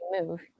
move